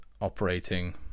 operating